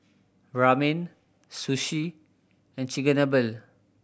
Ramen Sushi and Chigenabe